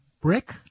brick